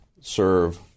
serve